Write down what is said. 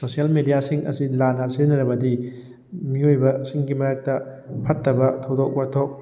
social ꯃꯦꯗꯤꯌꯥꯁꯤꯡ ꯑꯁꯤ ꯂꯥꯟꯅ ꯁꯤꯖꯤꯟꯅꯔꯕꯗꯤ ꯃꯤꯑꯣꯏꯕꯁꯤꯡꯒꯤ ꯃꯔꯛꯇ ꯐꯠꯇꯕ ꯊꯧꯗꯣꯛ ꯋꯥꯊꯣꯛ